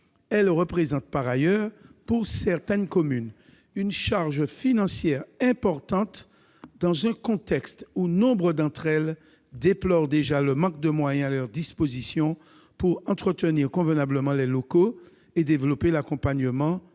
Elle représente par ailleurs, pour certaines communes, une charge financière importante dans un contexte où nombre d'entre elles déplorent déjà le manque de moyens à leur disposition pour entretenir convenablement les locaux et développer l'accompagnement